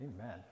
Amen